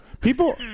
people